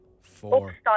four